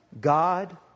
God